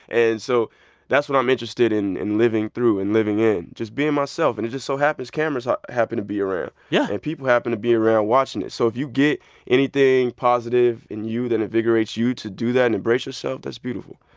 and so that's what i'm interested in in living through and living in just being myself. and it just so happens, cameras um happen to be around yeah and people happen to be around watching it. so if you get anything positive in you that invigorates you to do that and embrace yourself, that's beautiful.